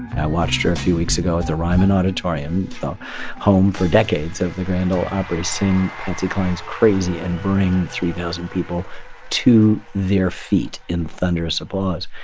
i watched her a few weeks ago at the ryman auditorium, the so home for decades of the grand ole opry, sing patsy cline's crazy and bring three thousand people to their feet in thunderous applause.